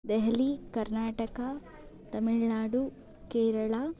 Delhi Karnataka Tamil Nadu Kerala